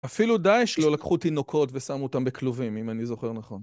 אפילו דאעש לא לקחו תינוקות ושמו אותן בכלובים, אם אני זוכר נכון.